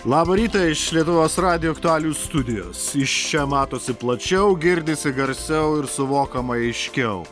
labą rytą iš lietuvos radijo aktualijų studijos iš čia matosi plačiau girdisi garsiau ir suvokiama aiškiau